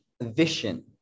vision